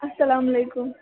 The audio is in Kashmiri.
اسلامُ علیکُم